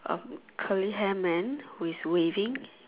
of curly hair man who is waving